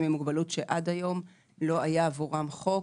עם מוגבלות שעד היום לא היה עבורם חוק